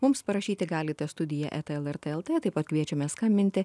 mums parašyti galite studija eta lrt lt taip pat kviečiame skambinti